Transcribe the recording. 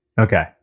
Okay